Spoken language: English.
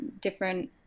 different